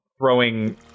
throwing